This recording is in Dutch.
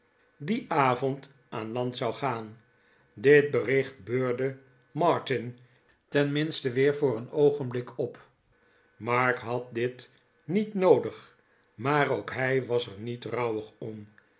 dien avond aan land zou gaan dit bericht beurde martin tenminste weer voor een oogenblik op mark had dit niet noodig maar ook hij was er niet rouwig om